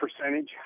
percentage